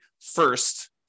first